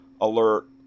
Alert